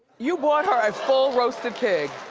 you bought her a full roasted pig.